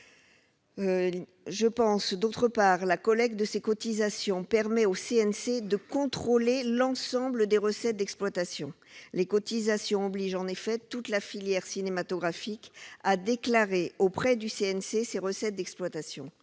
D'autre part, la collecte de ces cotisations permet au CNC de contrôler l'ensemble des recettes d'exploitation. Le paiement des cotisations oblige ainsi toute la filière cinématographique à déclarer, auprès du CNC, ses recettes d'exploitation.